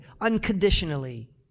unconditionally